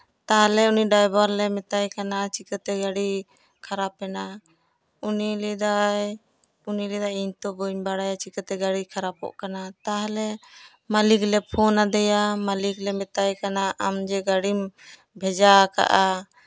ᱛᱟᱦᱞᱮ ᱩᱱᱤ ᱰᱟᱭᱵᱷᱟᱨᱞᱮ ᱢᱮᱛᱟᱭ ᱠᱟᱱᱟ ᱪᱤᱠᱟᱹᱛᱮ ᱜᱟᱹᱲᱤ ᱠᱷᱟᱨᱟᱯ ᱮᱱᱟ ᱩᱱᱤ ᱞᱟᱹᱭᱮᱫᱟᱭ ᱩᱱᱤ ᱞᱟᱹᱭ ᱫᱟᱭ ᱤᱧ ᱛᱚ ᱵᱟᱹᱧ ᱵᱟᱲᱟᱭᱟ ᱪᱤᱠᱟᱹᱛᱮ ᱜᱟᱹᱰᱤ ᱠᱷᱟᱨᱟᱯᱚᱜ ᱠᱟᱱᱟ ᱛᱟᱦᱞᱮ ᱢᱟᱹᱞᱤᱠ ᱞᱮ ᱯᱷᱳᱱ ᱟᱫᱮᱭᱟ ᱢᱟᱹᱞᱤᱠ ᱞᱮ ᱢᱮᱛᱟᱭ ᱠᱟᱱᱟ ᱟᱢᱡᱮ ᱜᱟᱹᱰᱤᱢ ᱵᱷᱮᱡᱟ ᱠᱟᱫᱼᱟ